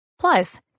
Plus